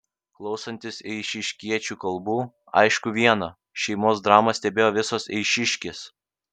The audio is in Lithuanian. klausantis eišiškiečių kalbų aišku viena šeimos dramą stebėjo visos eišiškės